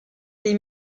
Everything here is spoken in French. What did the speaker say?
des